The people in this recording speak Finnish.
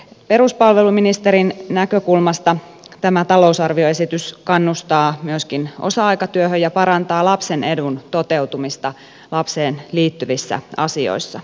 peruspalveluministerin näkökulmasta tämä talousarvioesitys kannustaa myöskin osa aikatyöhön ja parantaa lapsen edun toteutumista lapseen liittyvissä asioissa